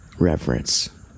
reverence